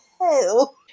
hell